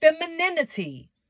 femininity